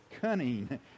cunning